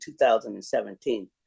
2017